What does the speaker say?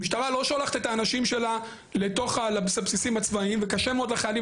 המשטרה לא שולחת את האנשים שלה לתוך הבסיסים הצבאיים וקשה מאוד לחיילים